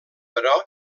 però